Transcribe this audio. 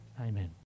Amen